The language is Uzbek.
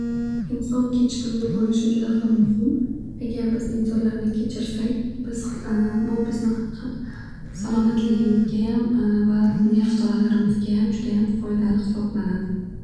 Inson kechirimli bo'lishi juda ham muhim. Agar biz insonlarni kechirsak biz bu bizni ham salomatligimizgayam va nerv tolalarimizgayam judayam foydali hisoblanadi.